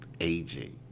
AG